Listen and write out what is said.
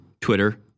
Twitter